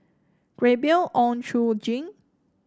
Gabriel Oon Chong Jin